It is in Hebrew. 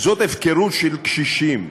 זאת הפקרות של קשישים,